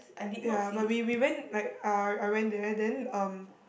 ya but we we went like uh I went there then um